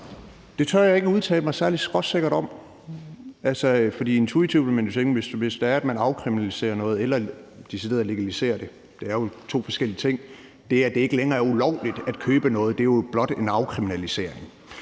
Det tør jeg ikke udtale mig særlig skråsikkert om. Altså, intuitivt vil man jo tænke, at det kan føre til et større forbrug, hvis man afkriminaliserer noget eller decideret legaliserer det – det er jo to forskellige ting, for det, at det ikke længere er ulovligt at købe noget, er jo blot en afkriminalisering.